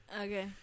Okay